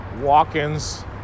Walk-ins